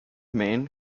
man